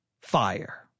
fire